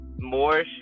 More